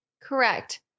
Correct